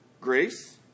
grace